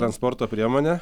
transporto priemonė